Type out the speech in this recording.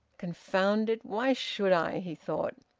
confound it! why should i? he thought.